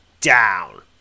down